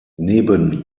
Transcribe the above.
neben